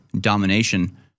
domination